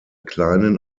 kleinen